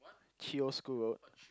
Chio's School Road